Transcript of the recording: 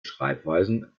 schreibweisen